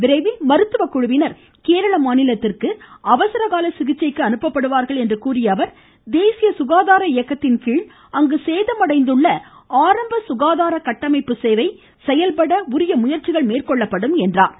விரைவில் மருத்துவக் குழுவினர் கேரள மாநிலத்திற்கு அவசரகால சிகிச்சைக்கு அனுப்பப்படுவார்கள் என்று கூறியஅவர் தேசிய சுகாதார இயக்கத்தின்கீழ் அங்கு சேதமடைந்துள்ள ஆரம்ப சுகாதார கட்டமைப்பு சேவை செயல்பட முயற்சிகள் மேற்கொள்ளப்படும் என்றார்